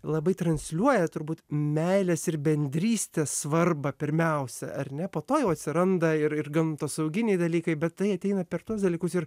labai transliuoja turbūt meilės ir bendrystės svarbą pirmiausia ar ne po to jau atsiranda ir gamtosauginiai dalykai bet tai ateina per tuos dalykus ir